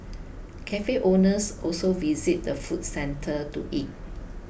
cafe owners also visit the food centre to eat